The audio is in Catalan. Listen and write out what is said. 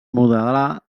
modelar